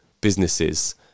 businesses